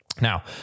Now